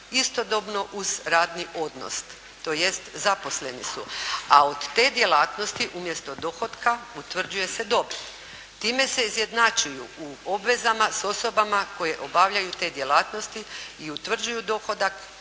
istodobno uz radni odnos tj. zaposleni su. A od te djelatnosti umjesto dohotka utvrđuje se dobit. Time se izjednačuju u obvezama s osobama koje obavljaju te djelatnosti i utvrđuju dohodak